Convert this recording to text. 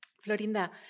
Florinda